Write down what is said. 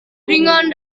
ringan